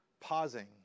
pausing